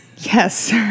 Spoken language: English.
Yes